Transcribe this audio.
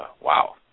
wow